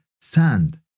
sand